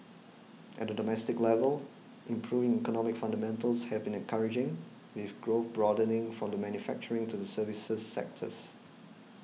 at a domestic level improving economic fundamentals have been encouraging with growth broadening from the manufacturing to the services sectors